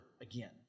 again